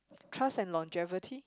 trust and longevity